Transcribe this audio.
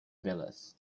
villas